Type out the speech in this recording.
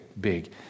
big